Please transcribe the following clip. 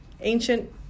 ancient